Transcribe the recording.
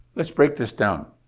let's break this down.